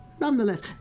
nonetheless